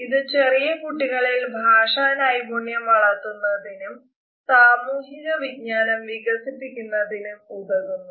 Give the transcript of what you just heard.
ഇത് ചെറിയ കുട്ടികളിൽ ഭാഷാ നൈപുണ്യം വളർത്തുന്നതിനും സാമൂഹിക വിജ്ഞാനം വികസിപ്പിക്കുന്നതിനും ഉതകുന്നു